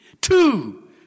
two